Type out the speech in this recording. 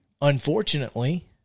unfortunately –